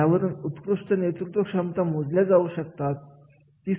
यावरून उत्कृष्ट नेतृत्व क्षमता मोजले जाऊ शकतात